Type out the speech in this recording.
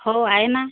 हो आहे ना